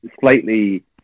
slightly